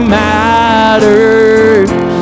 matters